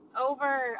over